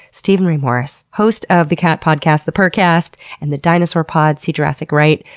steven ray morris, host of the cat podcast the purrrcast and the dinosaur pod see jurassic right,